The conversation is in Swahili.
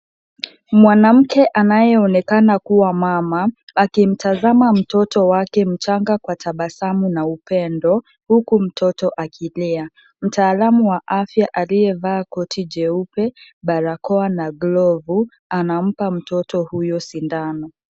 Mwanamke anayeonekana kuwa mama akimtazama mtoto wake mchanga wa tabasamu na upendo huku mtoto akilia. Mtaalamu wa afya aliyevalia koti jeupe ,barakoa na glavu anampa mtoto huyu sindano .